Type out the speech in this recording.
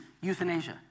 euthanasia